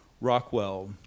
Rockwell